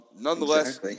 Nonetheless